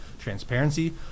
transparency